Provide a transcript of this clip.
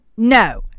No